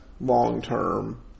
long-term